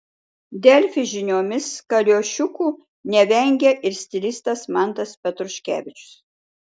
delfi žiniomis kaliošiukų nevengia ir stilistas mantas petruškevičius